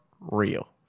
real